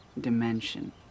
dimension